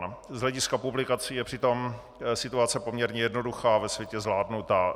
Z hlediska publikací je přitom situace poměrně jednoduchá a ve světě zvládnutá.